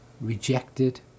rejected